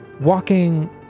walking